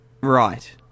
Right